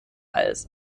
als